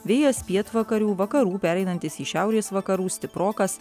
vėjas pietvakarių vakarų pereinantis į šiaurės vakarų stiprokas